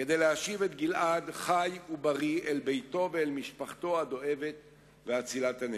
כדי להשיב את גלעד חי ובריא אל ביתו ואל משפחתו הדואבת ואצילת-הנפש.